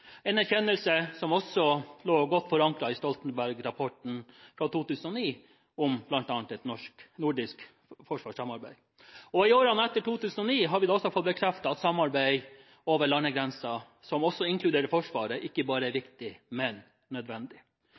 en erkjennelse som også lå godt forankret i Stoltenberg-rapporten fra 2009 om bl.a. et nordisk forsvarssamarbeid. I årene etter 2009 har vi også fått bekreftet at samarbeid over landegrenser som også inkluderer Forsvaret, ikke bare er viktig, men nødvendig.